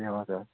ए हजुर